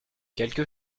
quelque